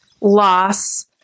loss